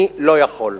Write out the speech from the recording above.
אני לא יכול,